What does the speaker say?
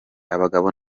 abagabo